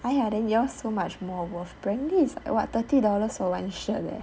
!huh! then yours so much worth brandy is like what thirty dollars for one shirt leh